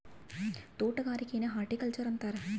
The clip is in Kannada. ತೊಟಗಾರಿಕೆನ ಹಾರ್ಟಿಕಲ್ಚರ್ ಅಂತಾರ